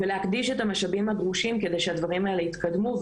ולהקדיש את המשאבים הדרושים כדי שהדברים האלה יתקדמו,